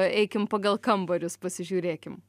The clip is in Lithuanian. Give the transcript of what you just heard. eikim pagal kambarius pasižiūrėkim